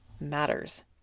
matters